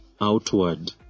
outward